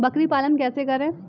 बकरी पालन कैसे करें?